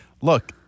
Look